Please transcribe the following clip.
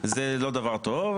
זה לא דבר טוב,